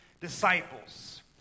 disciples